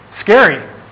Scary